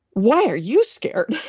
why are you scared?